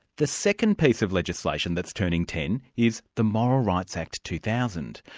the second piece of legislation that's turning ten is the moral rights act two thousand.